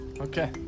Okay